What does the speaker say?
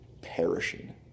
perishing